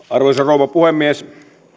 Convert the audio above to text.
arvoisa rouva puhemies